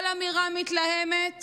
כל אמירה מתלהמת